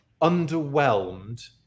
underwhelmed